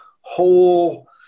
whole